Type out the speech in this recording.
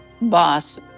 boss